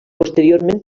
posteriorment